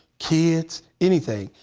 kids, anything,